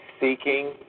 Seeking